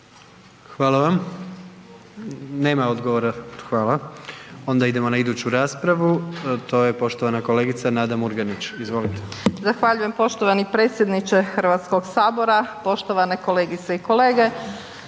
Hvala vam. Nema odgovora, hvala. Onda idemo na iduću raspravu, to je poštovana kolegica Nada Murganić, izvolite. **Murganić, Nada (HDZ)** Zahvaljujem poštovani predsjedniče Hrvatskog sabora, poštovane kolegice i kolege.